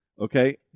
Okay